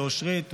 לאושרית,